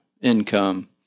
income